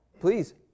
please